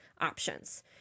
options